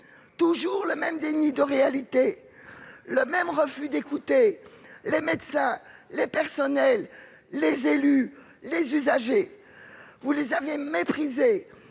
Toujours le même déni de réalité, le même refus d'écouter médecins, personnels, élus et usagers ! Vous les avez méprisés